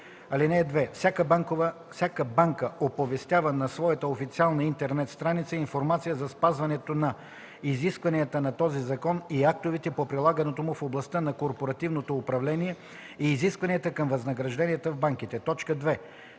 „(2) Всяка банка оповестява на своята официална интернет страница информация за спазването на изискванията на този закон и актовете по прилагането му в областта на корпоративното управление и изискванията към възнагражденията в банките.” 2.